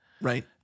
Right